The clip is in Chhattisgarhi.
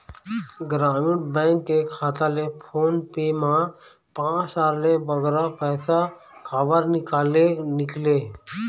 ग्रामीण बैंक के खाता ले फोन पे मा पांच हजार ले बगरा पैसा काबर निकाले निकले?